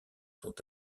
sont